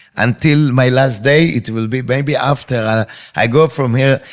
until my last day it will be, maybe after ah i go from here,